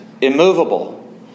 immovable